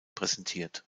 präsentiert